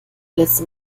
letzte